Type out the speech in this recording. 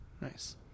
Nice